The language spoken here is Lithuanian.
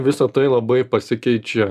visa tai labai pasikeičia